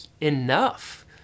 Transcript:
enough